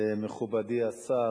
תודה, מכובדי השר,